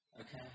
Okay